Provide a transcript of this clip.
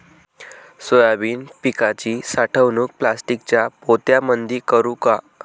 Soybean पिकाची साठवणूक प्लास्टिकच्या पोत्यामंदी करू का?